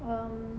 um